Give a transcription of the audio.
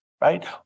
right